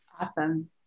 Awesome